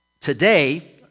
Today